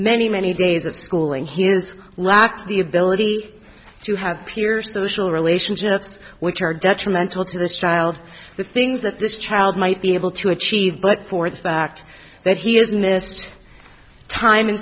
many many days of schooling he is lacked the ability to have clear social relationships which are detrimental to the styled the things that this child might be able to achieve but for the fact that he has missed time in